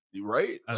right